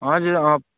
हजुर अँ